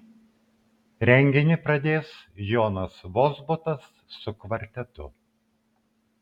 renginį pradės jonas vozbutas su kvartetu